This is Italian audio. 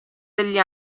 degli